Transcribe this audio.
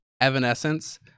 Evanescence